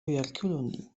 يركلني